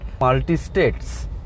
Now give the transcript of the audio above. multi-states